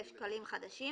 שקלים חדשים,